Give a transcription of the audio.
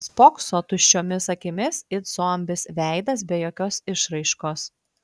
spokso tuščiomis akimis it zombis veidas be jokios išraiškos